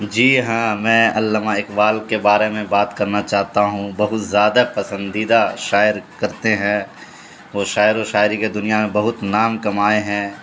جی ہاں میں عامہ اقبال کے بارے میں بات کرنا چاہتا ہوں بہت زیادہ پسندیدہ شاعر کرتے ہیں وہ شاعر و شاعری کے دنیا میں بہت نام کمائے ہیں